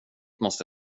måste